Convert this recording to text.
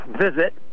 visit